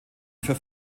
für